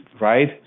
right